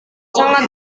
sangat